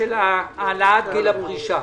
הישיבה ננעלה בשעה 11:56.